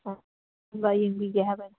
ꯌꯦꯡꯕꯤꯒꯦ ꯍꯥꯏꯕꯅꯤ